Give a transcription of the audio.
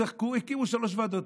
צחקו, הקימו שלוש ועדות.